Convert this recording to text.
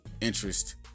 interest